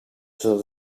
zodat